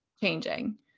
changing